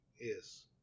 Yes